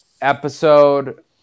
episode